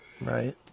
right